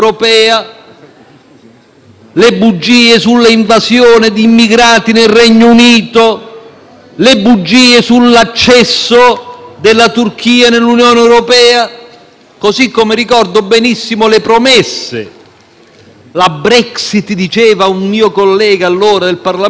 le bugie sull'ingresso della Turchia nell'Unione europea. Così come ricordo benissimo le promesse: la Brexit - diceva un mio collega del Parlamento europeo dell'UKIP - porterà 350 milioni di sterline a settimana